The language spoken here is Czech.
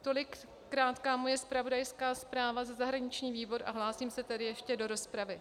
Tolik krátká moje zpravodajská zpráva za zahraniční výbor a hlásím se tedy ještě do rozpravy.